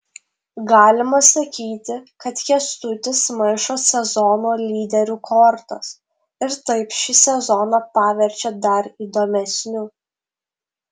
galima sakyti kad kęstutis maišo sezono lyderių kortas ir taip šį sezoną paverčia dar įdomesniu